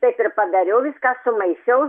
taip ir padariau viską sumaišiau